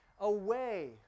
away